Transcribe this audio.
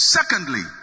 Secondly